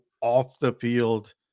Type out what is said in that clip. off-the-field